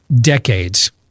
decades